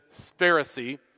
Pharisee